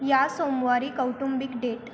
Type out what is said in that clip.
या सोमवारी कौटुंबिक डेट